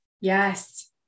Yes